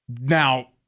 Now